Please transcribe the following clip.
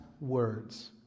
words